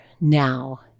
now